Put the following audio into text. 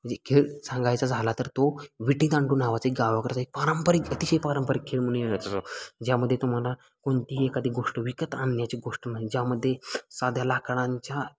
म्हणजे खेळ सांगायचा झाला तर तो विटीदांडू नावाचा एक गावाकडचा एक पारंपरिक अतिशय पारंपरिक खेळ म्हणून यायचं ज्यामध्ये तुम्हाला कोणतीही एखादी गोष्ट विकत आणण्याची गोष्ट नाही ज्यामध्ये साध्या लाकडांच्या